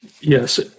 Yes